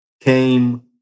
came